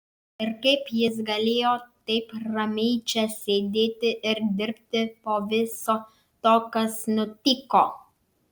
ir kaip jis galėjo taip ramiai čia sėdėti ir dirbti po viso to kas nutiko